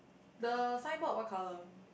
the signboard white colour